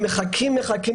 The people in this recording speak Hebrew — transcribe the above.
והם מחכים.